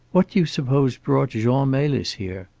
what do you suppose brought jean melis here?